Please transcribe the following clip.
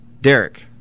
Derek